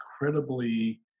incredibly